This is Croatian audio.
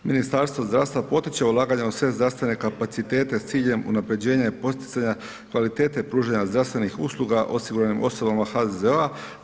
Ministarstvo zdravstva potiče ulaganja u sve zdravstvene kapacitete s ciljem unapređenja i poticanja kvalitete pružanja zdravstvenih usluga osiguranim osobama HZZo-a.